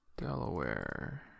Delaware